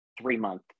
three-month